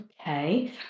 Okay